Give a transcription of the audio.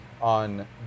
on